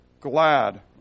glad